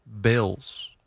Bills